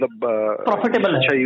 Profitable